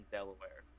Delaware